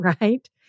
right